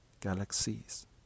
galaxies